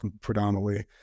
predominantly